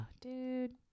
Dude